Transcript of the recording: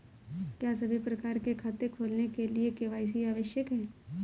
क्या सभी प्रकार के खाते खोलने के लिए के.वाई.सी आवश्यक है?